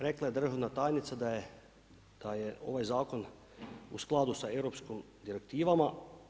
Rekla je državna tajnica da je ovaj zakon u skladu sa europskim direktivama.